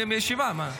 הישיבה.